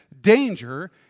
danger